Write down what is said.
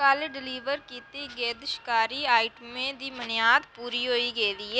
कल डलीवर कीती गेदी शकारी आइटमें दी मनेआद पूरी होई गेदी ऐ